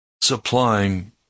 supplying